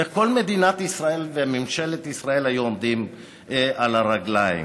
איך כל מדינת ישראל וממשלת ישראל היו עומדות על הרגליים.